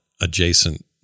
adjacent